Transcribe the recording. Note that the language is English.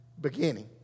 beginning